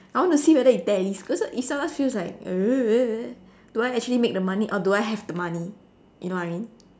I want to see whether it tallies because it sometimes feels like uh do I actually make the money or do I have the money you know what I mean